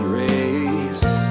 race